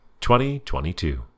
2022